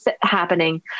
happening